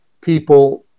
people